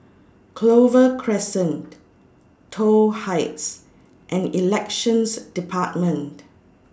Clover Crescent Toh Heights and Elections department